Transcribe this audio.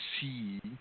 see